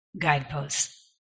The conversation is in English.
guideposts